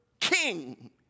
king